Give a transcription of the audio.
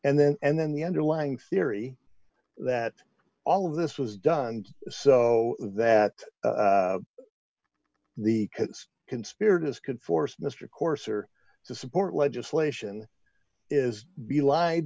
and then and then the underlying theory that all of this was done so that the conspirators could force mr coarser to support legislation is be lied